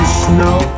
snow